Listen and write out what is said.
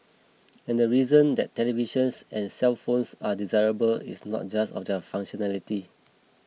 and the reason that televisions and cellphones are desirable is not just of their functionality